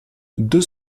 deux